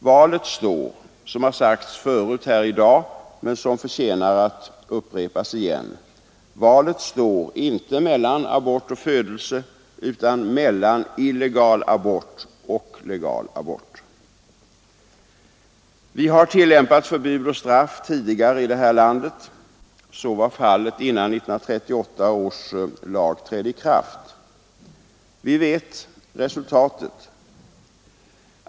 Valet står — som sagts förut här i dag men som förtjänar att upprepas — inte mellan abort och födelse utan mellan illegal abort och legal abort. Vi har tillämpat förbud och straff tidigare i det här landet. Så var fallet innan 1938 års lag trädde i kraft. Vi vet resultatet.